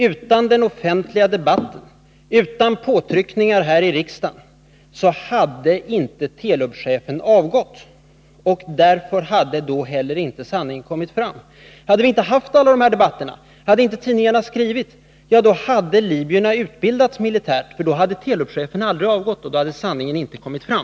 Utan den offentliga debatten, utan påtryckningar här i riksdagen hade inte Telubchefen avgått, och då hade heller inte sanningen kommit fram. Hade vi inte haft alla de här debatterna, hade inte tidningarna skrivit — då hade libyerna utbildats militärt, för då hade Telubchefen aldrig avgått och då hade sanningen inte kommit fram.